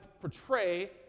portray